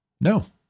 No